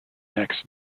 next